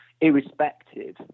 irrespective